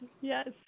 yes